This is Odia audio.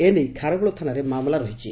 ଏ ନେଇ ଖାରବେଳ ଥାନାରେ ମାମଲା ରହିଛି